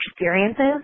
experiences